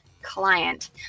Client